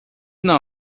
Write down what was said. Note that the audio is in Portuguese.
não